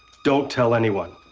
don't tell anyone.